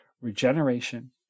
regeneration